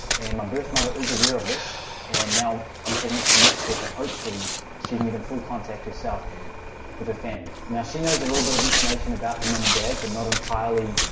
and my birth mother is aware of this and now i'm taking it to the next step and hopefully she can get in full contact herself with her family. now she knows a little bit of information about her mum and dad but not entirely,